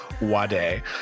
Wade